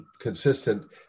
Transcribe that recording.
consistent